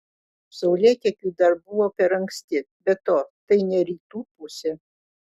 saulėtekiui dar buvo per anksti be to tai ne rytų pusė